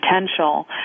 potential